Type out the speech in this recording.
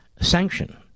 sanction